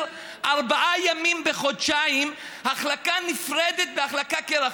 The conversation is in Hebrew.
ארבעה ימים בחודשיים החלקה נפרדת בהחלקה על הקרח.